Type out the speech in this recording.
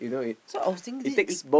so I was thinking this